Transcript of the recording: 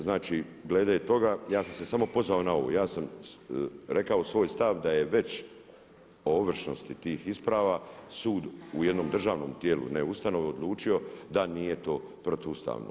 Znači glede toga ja sam se samo pozvao na ovo, ja sam rekao svoj stav da je već o ovršnosti tih isprava sud u jednom državnom tijelu, ne ustanovi odlučio da nije to protuustavno.